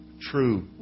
true